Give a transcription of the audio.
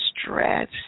stretch